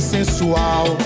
Sensual